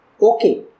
Okay